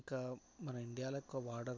ఇంకా మన ఇండియాలో ఎక్కువ వాడరు